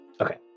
Okay